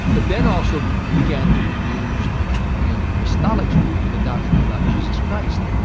but then also began to be used in christology, in the doctrine about jesus christ,